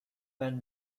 men